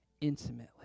intimately